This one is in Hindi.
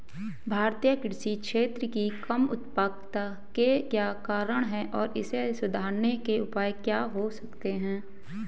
भारतीय कृषि क्षेत्र की कम उत्पादकता के क्या कारण हैं और इसे सुधारने के उपाय क्या हो सकते हैं?